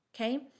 Okay